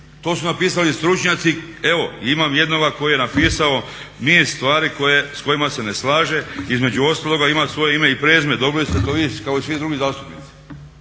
to su napisali stručnjaci. Evo, imam jednoga koji je napisao niz stvari s kojima se ne slaže između ostaloga ima svoje ime i prezime, dobili ste to vi kao i svi drugi zastupnici.